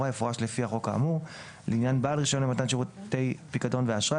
יפורש לפי החוק האמור; לעניין בעל רישיון למתן שירותי פיקדון ואשראי,